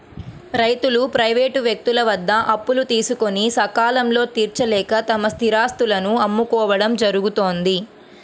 రైతులు ప్రైవేటు వ్యక్తుల వద్ద అప్పులు తీసుకొని సకాలంలో తీర్చలేక తమ స్థిరాస్తులను అమ్ముకోవడం జరుగుతోంది